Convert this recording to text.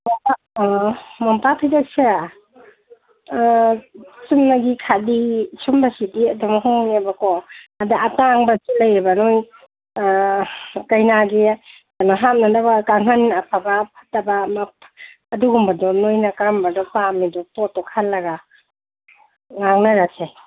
ꯃꯣꯝꯄꯥꯛꯐꯤꯗꯛꯁꯦ ꯆꯨꯝꯅꯒꯤ ꯈꯥꯗꯤ ꯁꯨꯝꯕꯁꯤꯗꯤ ꯑꯗꯨꯝ ꯍꯣꯡꯉꯦꯕꯀꯣ ꯑꯗ ꯑꯇꯥꯡꯕꯁꯨ ꯂꯩꯌꯦꯕ ꯅꯪ ꯀꯩꯅꯥꯒꯤ ꯀꯩꯅꯣ ꯍꯥꯞꯅꯅꯕ ꯀꯥꯡꯈꯟ ꯑꯐꯕ ꯐꯠꯇꯕ ꯑꯗꯨꯒꯨꯝꯕꯗꯣ ꯅꯣꯏꯅ ꯀꯔꯝꯕꯗ ꯄꯥꯝꯃꯤꯗꯣ ꯄꯣꯠꯇꯣ ꯈꯜꯂꯒ ꯉꯥꯡꯅꯔꯁꯦ